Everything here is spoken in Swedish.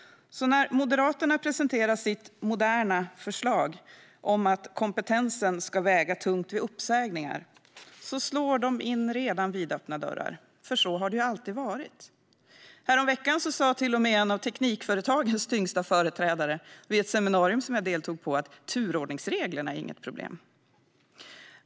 När Moderaterna presenterar sitt "moderna" förslag om att kompetensen ska väga tungt vid uppsägningar slår de in redan vidöppna dörrar, för så har det alltid varit. Häromveckan sa till och med en av Teknikföretagens tyngsta företrädare, vid ett seminarium som jag deltog i, att turordningsreglerna inte är något problem.